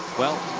well,